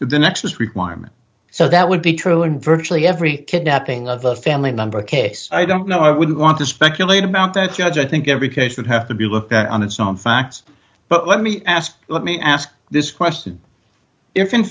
the nexus requirement so that would be true in virtually every kidnapping of a family member a case i don't know i wouldn't want to speculate about that judge i think every case would have to be looked at on its own facts but let me ask let me ask this question if in